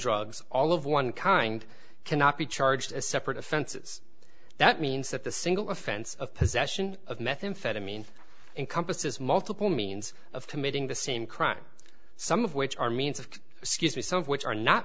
drugs all of one kind cannot be charged as separate offenses that means that the single offense of possession of methamphetamine encompasses multiple means of committing the same crime some of which are means of scuse me some of which are not